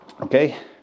okay